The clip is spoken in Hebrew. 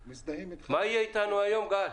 מה יהיה איתנו היום, גל?